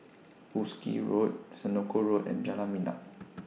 Wolskel Road Senoko Road and Jalan